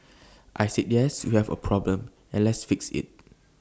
I said yes we have A problem and let's fix IT